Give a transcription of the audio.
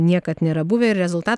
niekad nėra buvę ir rezulta